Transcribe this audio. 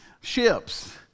ships